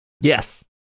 Yes